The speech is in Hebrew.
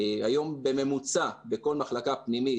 ואגב,